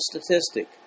statistic